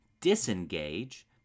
disengage